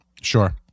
Sure